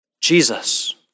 Jesus